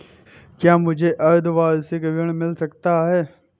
क्या मुझे अर्धवार्षिक ऋण मिल सकता है?